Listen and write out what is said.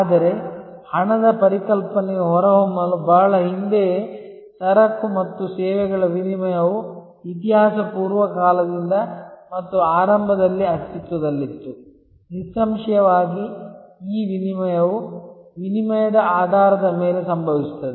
ಆದರೆ ಹಣದ ಪರಿಕಲ್ಪನೆಯು ಹೊರಹೊಮ್ಮಲು ಬಹಳ ಹಿಂದೆಯೇ ಸರಕು ಮತ್ತು ಸೇವೆಗಳ ವಿನಿಮಯವು ಇತಿಹಾಸಪೂರ್ವ ಕಾಲದಿಂದ ಮತ್ತು ಆರಂಭದಲ್ಲಿ ಅಸ್ತಿತ್ವದಲ್ಲಿತ್ತು ನಿಸ್ಸಂಶಯವಾಗಿ ಈ ವಿನಿಮಯವು ವಿನಿಮಯದ ಆಧಾರದ ಮೇಲೆ ಸಂಭವಿಸುತ್ತದೆ